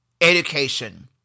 education